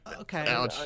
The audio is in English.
Okay